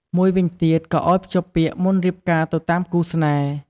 មួយវិញទៀតក៏អោយភ្ជាប់ពាក្យមុនរៀបការទៅតាមគូស្នេហ៍។